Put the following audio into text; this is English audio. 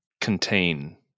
contain